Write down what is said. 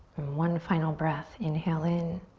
one final breath, inhale in.